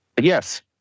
Yes